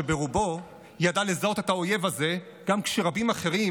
ציבור שברובו ידע לזהות את האויב הזה גם כשרבים אחרים,